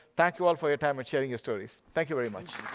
thank you all for your time and sharing your stories. thank you very much.